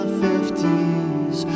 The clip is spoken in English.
fifties